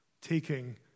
taking